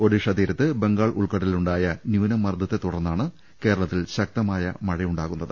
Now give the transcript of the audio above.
ഒഡിഷ തീരത്ത് ബംഗാളശ് ഉൾക്കടലിലുണ്ടായ ന്യൂന മർദത്തെതുടർന്നാണ് കേരളത്തിൽ ശക്തമായ മഴയുണ്ടാ കുന്നത്